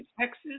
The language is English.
Texas